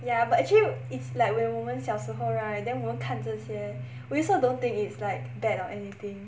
ya but actually it's like when 我们小时候 right then 我们看这些 we also don't think it's like bad or anything